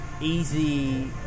easy